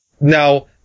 Now